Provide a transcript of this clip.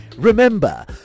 Remember